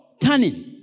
turning